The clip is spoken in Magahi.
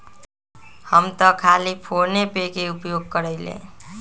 हम तऽ खाली फोनेपे के उपयोग करइले